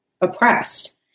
oppressed